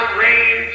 rain